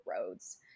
roads